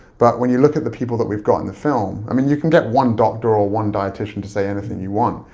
but when you look at the people that we've got in the film, i mean, you can get one doctor or one dietician to say anything you want,